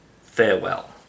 Farewell